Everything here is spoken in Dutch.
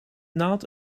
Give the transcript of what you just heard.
naald